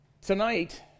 tonight